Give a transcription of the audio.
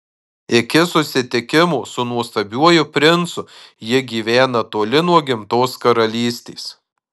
iki susitikimo su nuostabiuoju princu ji gyvena toli nuo gimtos karalystės